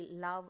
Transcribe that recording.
love